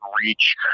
reach